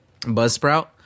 Buzzsprout